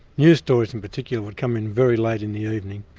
news stories in particular would come in very late in the ah evening.